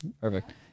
Perfect